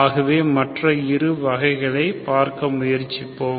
ஆகவே மற்ற இரு வகைகளை பார்க்க முயற்சிப்போம்